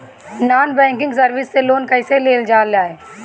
Non banking service से loan कैसे लेल जा ले?